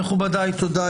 מכובדיי, תודה.